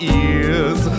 ears